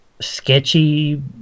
sketchy